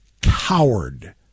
coward